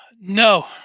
No